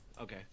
Okay